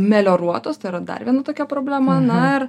melioruotos tai yra dar viena tokia problema na ir